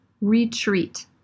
retreat